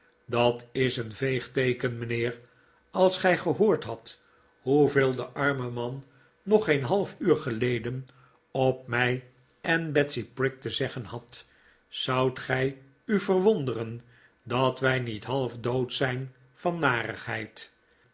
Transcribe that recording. dat is een veeg teeken mijnheer als gij gehooxd hadt hoeveel de arme man nog geen half uur geleden op mij en betsy prig te zeggen had zoudt gij u verwonderen dat wij niet half dood zijn van narigheid